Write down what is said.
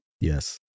Yes